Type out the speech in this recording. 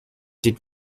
did